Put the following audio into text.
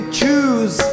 choose